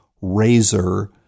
razor